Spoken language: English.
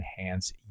enhance